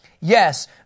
Yes